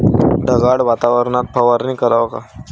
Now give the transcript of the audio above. ढगाळ वातावरनात फवारनी कराव का?